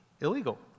illegal